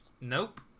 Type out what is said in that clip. nope